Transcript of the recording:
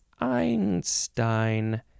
Einstein